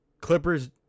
Clippers